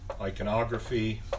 iconography